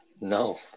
No